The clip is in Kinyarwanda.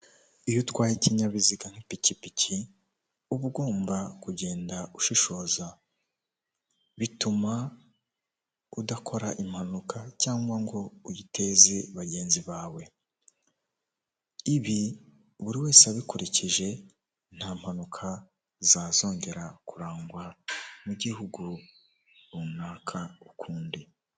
Aha hari uruhurirane rw'abantu bigaragara ko hakorerwa ibintu bijyanye no gucuruza, murahabona karoti, ibijumba, imyumbati y'ibirayi, intoryi, pavuro, imiteja, urusenda n'ibintu byinshi murimo kubona mu mukabona k' inyuma naho hari gucururirwa ibindi rwose murabibona neza cyane ko aha isoko rinini kandi rigari.